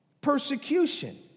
Persecution